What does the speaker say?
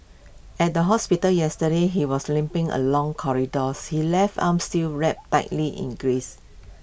at the hospital yesterday he was limping along corridors his left arm still wrapped tightly in graze